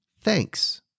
thanks